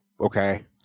okay